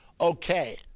okay